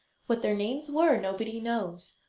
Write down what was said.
what their names were nobody knows,